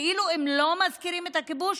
כאילו אם לא מזכירים את הכיבוש,